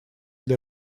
для